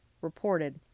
reported